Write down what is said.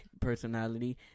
personality